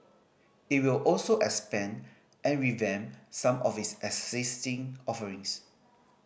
it will also expand and revamp some of its existing offerings